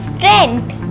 Strength